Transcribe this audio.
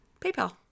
PayPal